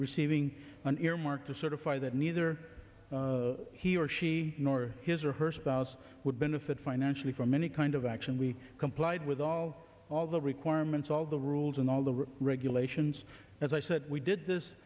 receiving an earmark to certify that neither he or she nor his or her spouse would benefit financially from any kind of action we complied with all all the requirements all the rules and all the regulations as i said we did this